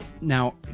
Now